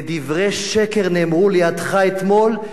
ודברי שקר נאמרו לידך אתמול,